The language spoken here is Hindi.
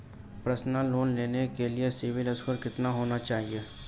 पर्सनल लोंन लेने के लिए सिबिल स्कोर कितना होना चाहिए?